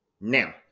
Now